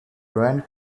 ryan